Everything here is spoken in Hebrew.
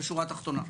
בשורה התחתונה.